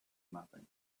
nothing